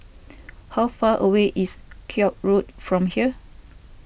how far away is Koek Road from here